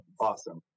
awesome